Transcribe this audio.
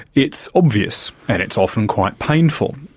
it's obvious and it's often quite painful,